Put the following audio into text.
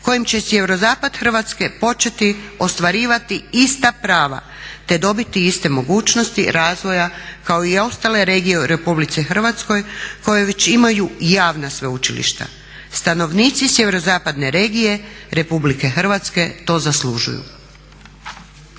kojim će sjeverozapad Hrvatske početi ostvarivati ista prava te dobiti iste mogućnosti razvoja kao i ostale regije u RH koje već imaju javna sveučilišta. Stanovnici sjeverozapadne regije RH to zaslužuju.